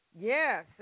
Yes